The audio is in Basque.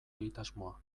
egitasmoa